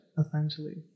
essentially